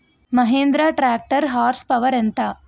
Mahindra tractor horse power ఎంత?